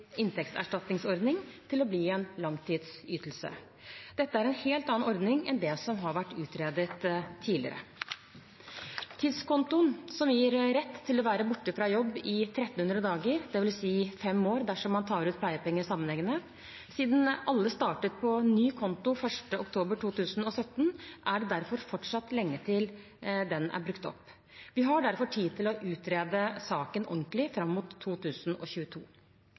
inntektserstatningsordning til å bli en langtidsytelse. Dette er en helt annen ordning enn det som har vært utredet tidligere. Tidskontoen gir rett til å være borte fra jobb i 1 300 dager, dvs. fem år, dersom man tar ut pleiepenger sammenhengende. Siden alle startet på ny konto 1. oktober 2017, er det derfor fortsatt lenge til den er brukt opp. Vi har derfor tid til å utrede saken ordentlig fram mot 2022.